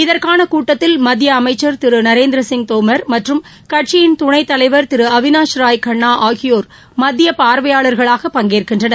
இதற்கான கூட்டத்தில் மத்திய அமைச்சர் திரு நரேந்திர சிங் தோமர் மற்றும் கட்சியின் துணைத் தலைவர் திரு அவினாஸ் ராய் கண்ணா ஆகியோர் மத்திய பார்வையாளர்களாக பங்கேற்கின்றனர்